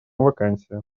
вакансия